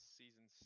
season